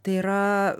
tai yra